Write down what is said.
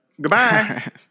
goodbye